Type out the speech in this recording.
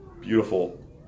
Beautiful